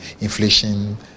inflation